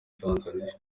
tanzania